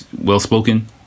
well-spoken